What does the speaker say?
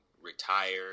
retired